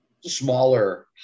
smaller